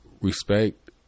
respect